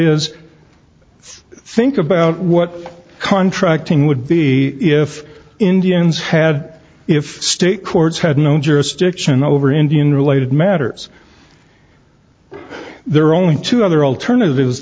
is think about what contracting would be if indians had if state courts had no jurisdiction over indian related matters there are only two other alternatives